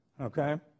okay